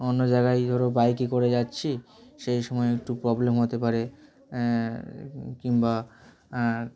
অন্য জায়গায় ধরো বাইকে করে যাচ্ছি সেই সময় একটু প্রবলেম হতে পারে কিংবা